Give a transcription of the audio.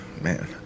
man